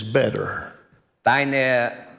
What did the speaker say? better